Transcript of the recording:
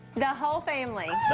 the whole family.